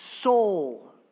soul